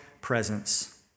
presence